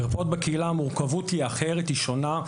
במרפאות בקהילה המורכבות היא אחרת, היא שונה.